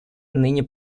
ныне